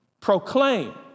proclaim